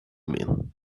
mean